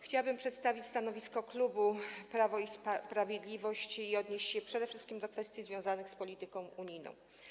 Chciałabym przedstawić stanowisko klubu Prawo i Sprawiedliwość i odnieść się przede wszystkim do kwestii związanych z polityką unijną.